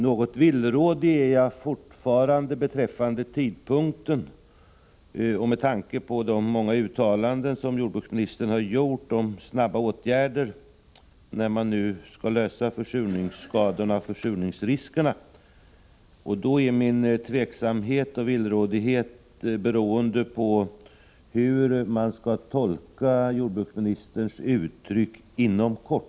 Något villrådig är jag fortfarande beträffande tidpunkten, också med tanke på de många uttalanden som jordbruksministern har gjort om snabba åtgärder för att lösa problemen i samband med försurningsskador och försurningsrisker. Min tveksamhet och villrådighet gäller hur man skall tolka jordbruksministerns uttryck ”inom kort”.